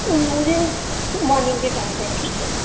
مجھے مارننگ کے ٹائم پہ ٹھیک ہے